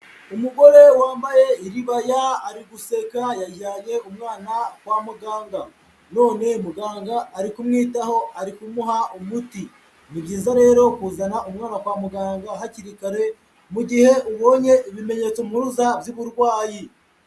Umugore wambaye iribaya ari guseka yajyanye umwana kwa muganga. None muganga ari kumwitaho ari kumuha umuti. Ni byiza rero kuzana umwana kwa muganga hakiri kare, mu gihe ubonye ibimenyetso mpuruza by'uburwayi.